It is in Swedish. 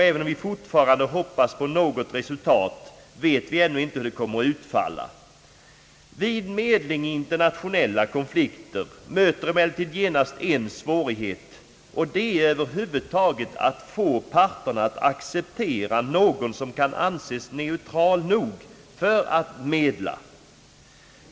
även om vi fortfarande hoppas på något resultat, vet vi ännu inte hur det kommer att utfalla. Vid medling i internationella konflikter möter emellertid genast en svårighet, och det är att över huvud taget få parterna att acceptera någon som kan anses vara neutral nog för ait medla.